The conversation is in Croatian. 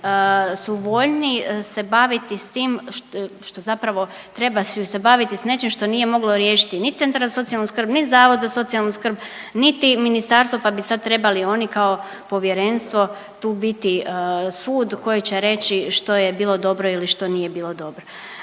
trebaju se baviti s nečim što nije moglo riješiti ni centar za socijalnu skrbi, ni zavod za socijalnu skrbi, niti ministarstvo pa bi sad trebali oni kao povjerenstvo tu biti sud koji će reći što je bilo dobro ili što nije bilo dobro.